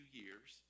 years